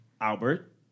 Albert